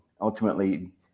ultimately